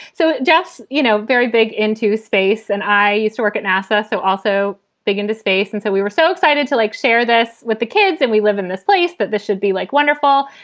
so just, you know, very big into space. and i used to work at nasa. so also big into space. and so we were so excited to, like, share this with the kids. and we live in this place that this should be, like, wonderful.